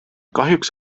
kahjuks